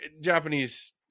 Japanese